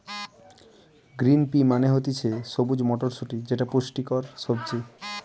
green pea মানে হতিছে সবুজ মটরশুটি যেটা পুষ্টিকর সবজি